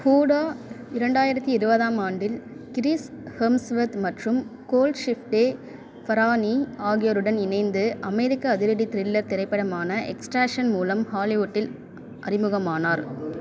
ஹூடா இரண்டாயிரத்தி இருபதாம் ஆண்டில் கிறிஸ் ஹெம்ஸ்வெர்த் மற்றும் கோல்ட்ஷிஃப்டே ஃபராஹானி ஆகியோருடன் இணைந்து அமெரிக்க அதிரடி திரில்லர் திரைப்படமான எக்ஸ்ட்ராக்ஷன் மூலம் ஹாலிவுட்டில் அறிமுகமானார்